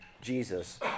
Jesus